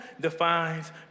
defines